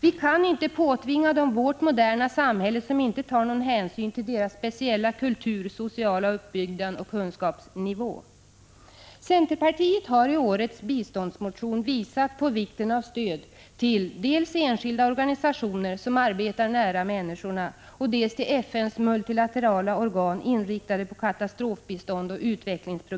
Vi kan inte påtvinga dem vårt moderna samhälle, som inte tar någon hänsyn till deras speciella kultur, sociala uppbyggnad och kunskapsnivå. Prot. 1985/86:117 Centerpartiet har i årets biståndsmotion visat på vikten av stöd dels till 16 april 1986 enskilda organisationer som arbetar nära människorna, dels till FN:s multilaterala organ inriktade på katastrofbistånd och utvecklingsprogram.